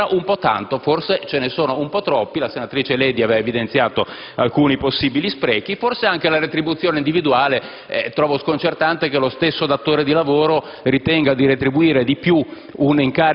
Mi sembra tanto; forse ce ne sono un po' troppi. La senatrice Leddi aveva evidenziato alcuni possibili sprechi. E anche per la retribuzione individuale trovo sconcertante che lo stesso datore di lavoro ritenga di retribuire di più